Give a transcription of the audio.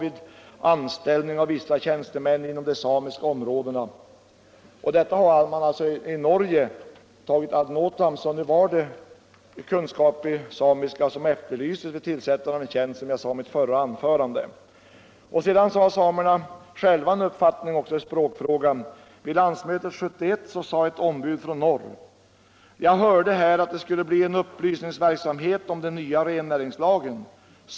Citatet lyder: Detta har man tagit ad notam i Norge och, som jag sade i mitt förra anförande, efterlyst kunskaper i samiska vid tillsättandet av en tjänst. ”Jag hörde här, att det skulle bli en upplysningsverksamhet om den nya rennäringslagen.